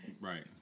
Right